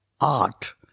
art